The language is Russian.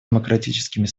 демократическими